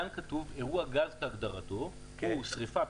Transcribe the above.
כאן כתוב: "אירוע גז כהגדרתו שריפה פיצוץ,